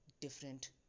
different